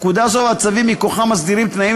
פקודה זו והצווים מכוחה מסדירים תנאים